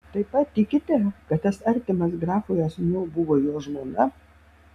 taip pat tikite kad tas artimas grafui asmuo buvo jo žmona